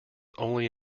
only